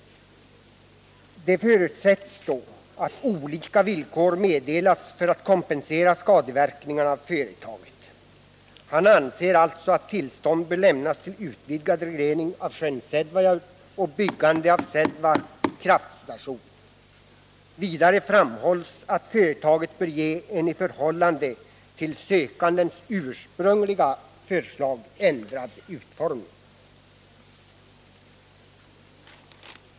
Det förutsätts då att olika villkor meddelas för att kompensera skadeverkningarna av företaget. Han anser alltså att tillstånd bör lämnas till utvidgad reglering av sjön Sädvajaure och byggande av Sädva kraftstation. Vidare framhålls att företaget bör ges en i förhållande till sökandens ursprungliga förslag ändrad utformning.